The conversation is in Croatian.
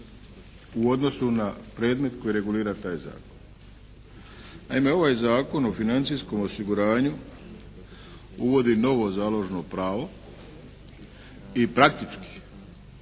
u odnosu na predmet koji regulira taj zakon. Naime ovaj Zakon o financijskom osiguranju uvodi novo založno pravo i praktički